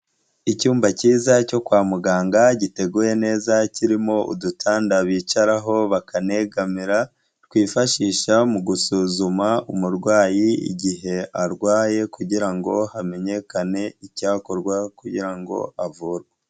Icyumba cyiza cyo kwa muganga giteguye neza kirimo udutanda bicaraho bakanegamira, twifashisha mu gusuzuma umurwayi igihe arwaye, kugira ngo hamenyekane icyakorwa kugira ngo avurwe.